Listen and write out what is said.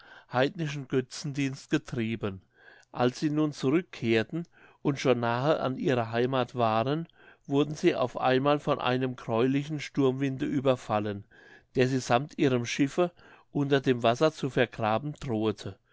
heidnischen götzendienst getrieben als sie nun zurückkehrten und schon nahe an ihrer heimath waren wurden sie auf einmal von einem gräulichen sturmwinde überfallen der sie sammt ihrem schiffe unter dem wasser zu vergraben drohete